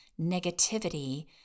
negativity